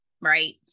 right